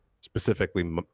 specifically